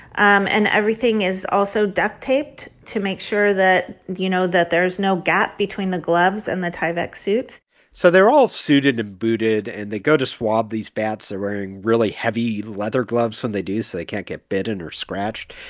um and everything is also duct taped to make sure that, you know, that there is no gap between the gloves and the tyvek suit so they're all suited and booted. and they go to swab these bats. they're wearing really heavy leather gloves when they do so they can't get bitten or scratched.